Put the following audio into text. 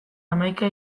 hamaika